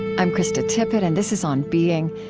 i'm krista tippett, and this is on being.